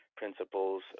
principles